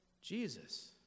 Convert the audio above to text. Jesus